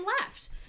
left